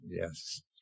Yes